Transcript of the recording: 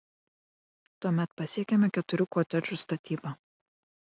tuomet pasiekiame keturių kotedžų statybą